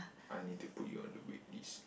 I need to put you on the waitlist